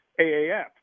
AAF